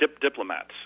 diplomats